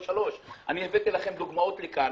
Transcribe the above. ולא 3. אני הבאתי לכם דוגמאות לכאן,